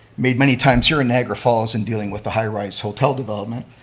made many times here in niagara falls in dealing with the high-rise hotel development,